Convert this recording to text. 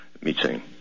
Meeting